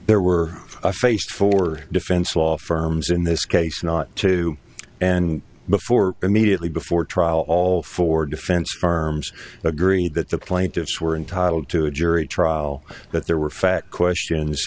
there were a face for defense law firms in this case not two and before immediately before trial all four defense firms agreed that the plaintiffs were entitled to a jury trial that there were fat questions